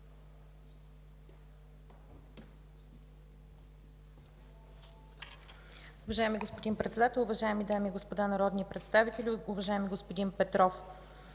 Уважаеми господин Председател, уважаеми госпожи и господа народни представители! Уважаеми господин Славов,